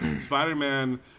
Spider-Man